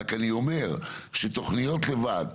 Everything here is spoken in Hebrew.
רק אני אומר שתוכניות לבד,